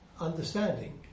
understanding